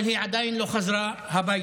אבל היא עדיין לא חזרה הביתה.